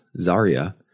Zarya